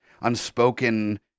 unspoken